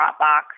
Dropbox